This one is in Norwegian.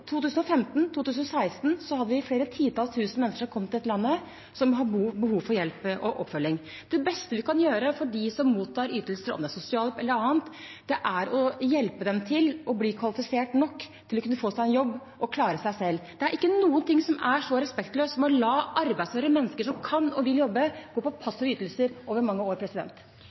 2015 og 2016 kom det flere titalls tusen mennesker til dette landet, og de hadde behov for hjelp og oppfølging. Det beste vi kan gjøre for dem som mottar ytelser, om det er sosialhjelp eller annet, er å hjelpe dem til å bli kvalifisert nok til å kunne få seg en jobb og klare seg selv. Det er ikke noe som er så respektløst som å la arbeidsføre mennesker som kan og vil jobbe, gå på passive ytelser over mange år.